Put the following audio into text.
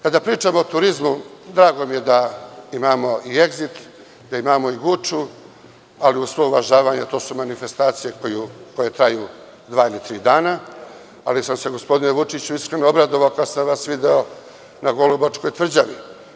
Kada pričamo o turizmu drago mi je da imamo Egzit, da imamo Guču, ali uz svo uvažavanje to su manifestacije koje traju dva ili tri dana, ali sam se, gospodine Vučiću, iskreno obradovao kada sam vas video na Golubačkoj tvrđavi.